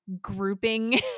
grouping